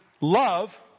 love